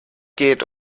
geht